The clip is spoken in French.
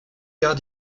carte